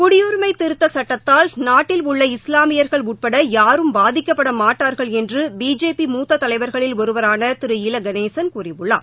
குடியுரிமை திருத்தச் சுட்டத்தால் நாட்டில் உள்ள இஸ்லாமியர்கள் உட்பட யாரும் பாதிக்கப்பட மாட்டார்கள் என்று பிஜேபி மூத்த தலைவர்களில்ஒருவரான திரு இல கணேசன் கூறியுள்ளார்